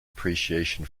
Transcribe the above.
appreciation